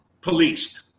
policed